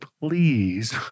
please